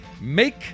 Make